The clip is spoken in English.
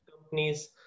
companies